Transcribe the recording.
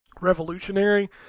revolutionary